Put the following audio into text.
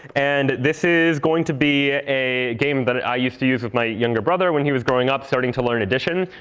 and this is going to be a game that i used to use with my younger brother when he was growing up starting to learn addition,